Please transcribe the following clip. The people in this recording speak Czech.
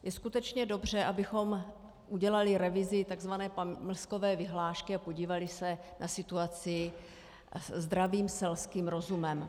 Je skutečně dobře, abychom udělali revizi tzv. pamlskové vyhlášky a podívali se na situaci zdravým selským rozumem.